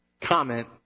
comment